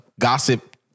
gossip